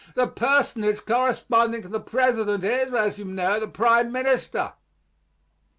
the personage corresponding to the president is, as you know, the prime minister.